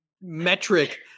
metric